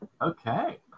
Okay